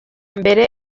mbere